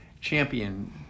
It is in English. champion